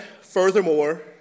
furthermore